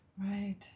Right